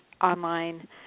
online